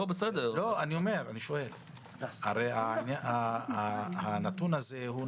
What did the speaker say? הרי הנתון הזה,